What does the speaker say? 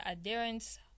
adherence